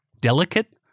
delicate